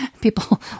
people